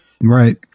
Right